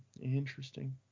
interesting